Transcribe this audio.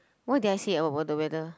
what did I say about the weather